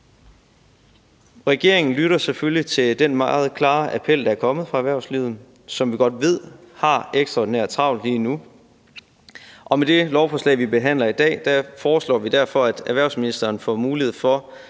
Regeringen lytter selvfølgelig til den meget klare appel, der er kommet fra erhvervslivet, som vi godt ved har ekstraordinært travlt lige nu. Og med det lovforslag, vi behandler i dag, foreslår vi derfor, at erhvervsministeren får mulighed for